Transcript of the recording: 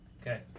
Okay